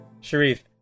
Sharif